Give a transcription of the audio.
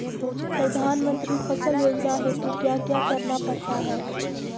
प्रधानमंत्री फसल योजना हेतु क्या क्या करना पड़ता है?